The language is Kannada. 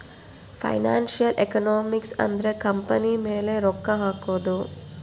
ಫೈನಾನ್ಸಿಯಲ್ ಎಕನಾಮಿಕ್ಸ್ ಅಂದ್ರ ಕಂಪನಿ ಮೇಲೆ ರೊಕ್ಕ ಹಕೋದು